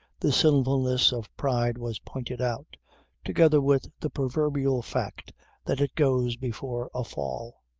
the sinfulness of pride was pointed out together with the proverbial fact that it goes before a fall.